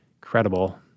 credible